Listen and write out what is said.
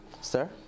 Sir